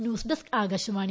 news desk Akashvani